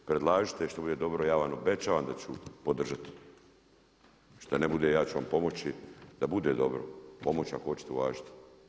Predlažite, što bude dobro ja vam obećavam da ću podržati, što ne bude ja ću vam pomoći da bude dobro, pomoći ako hoćete uvažiti.